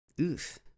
Oof